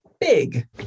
big